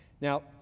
Now